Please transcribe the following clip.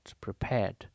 prepared